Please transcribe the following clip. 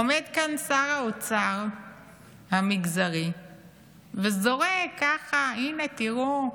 עומד כאן שר האוצר המגזרי וזורק ככה: הינה, תראו,